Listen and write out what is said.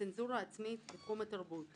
מקורותיו העצמיים של האמן או פילנתרופיה